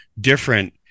different